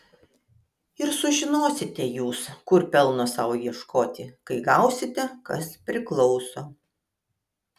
ir sužinosite jūs kur pelno sau ieškoti kai gausite kas priklauso